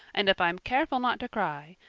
and if i'm careful not to cry,